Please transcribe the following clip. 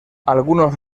algunos